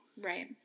right